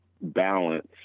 balance